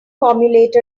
formulate